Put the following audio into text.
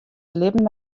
libben